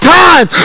time